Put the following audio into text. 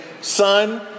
son